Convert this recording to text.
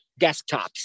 desktops